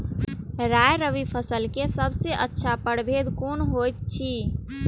राय रबि फसल के सबसे अच्छा परभेद कोन होयत अछि?